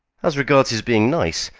as regards his being nice,